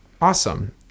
Awesome